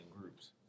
groups